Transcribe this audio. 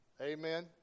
Amen